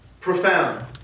profound